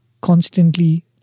constantly